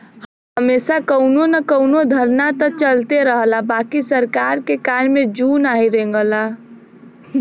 हमेशा कउनो न कउनो धरना त चलते रहला बाकि सरकार के कान में जू नाही रेंगला